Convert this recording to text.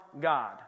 God